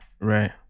right